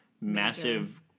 massive